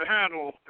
handle